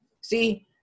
See